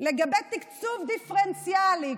לגבי תקצוב דיפרנציאלי,